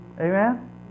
Amen